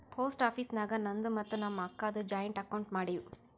post office ನಾಗ್ ನಂದು ಮತ್ತ ನಮ್ ಅಕ್ಕಾದು ಜಾಯಿಂಟ್ ಅಕೌಂಟ್ ಮಾಡಿವ್